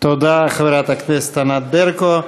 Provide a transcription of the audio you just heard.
תודה, חברת הכנסת ענת ברקו.